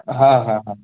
हां हां हां